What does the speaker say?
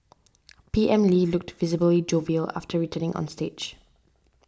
P M Lee looked visibly jovial after returning on stage